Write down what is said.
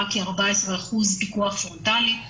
רק ה-14% פיקוח פרונטלי,